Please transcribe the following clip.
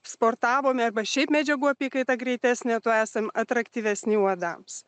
sportavome arba šiaip medžiagų apykaita greitesnė tuo esam atraktyvesni uodams